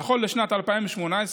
נכון לשנת 2018,